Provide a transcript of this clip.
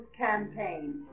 campaign